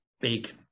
big